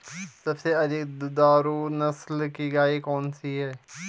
सबसे अधिक दुधारू नस्ल की गाय कौन सी है?